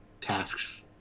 tasks